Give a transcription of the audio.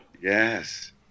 Yes